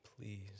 please